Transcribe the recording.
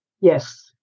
Yes